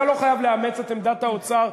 אתה לא חייב לאמץ את עמדת האוצר,